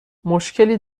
مشکلی